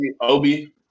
Obi